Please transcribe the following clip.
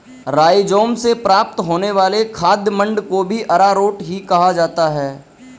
rhizome से प्राप्त होने वाले खाद्य मंड को भी अरारोट ही कहा जाता है